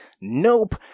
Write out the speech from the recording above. Nope